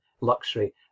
luxury